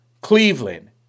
Cleveland